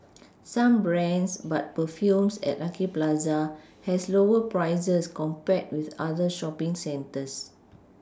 same brands but perfumes at lucky Plaza has lower prices compared with other shopPing centres